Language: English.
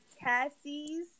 Cassie's